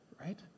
right